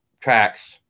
Tracks